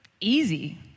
easy